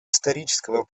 исторического